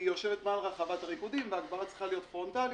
ממוקמת מעל רחבת הריקודים וההגברה צריכה להיות פרונטלית,